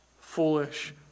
foolish